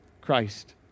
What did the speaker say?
Christ